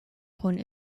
point